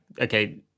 okay